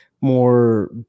more